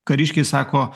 kariškiai sako